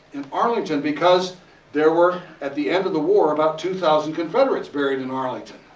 in arlington! because there were, at the end of the war, about two thousand confederates buried in arlington.